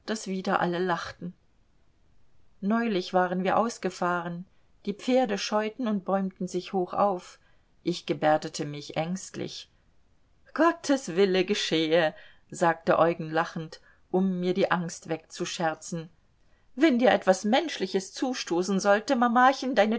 daß wieder alle lachten neulich waren wir ausgefahren die pferde scheuten und bäumten sich hoch auf ich gebärdete mich ängstlich gottes wille geschehe sagte eugen lachend um mir die angst wegzuscherzen wenn dir etwas menschliches zustoßen sollte mamachen deine